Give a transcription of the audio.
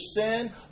sin